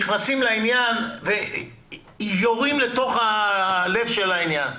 נכנסים לעניין ויורים לתוך לב העניין.